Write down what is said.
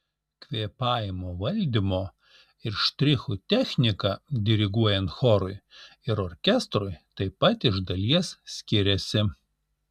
kvėpavimo valdymo ir štrichų technika diriguojant chorui ir orkestrui taip pat iš dalies skiriasi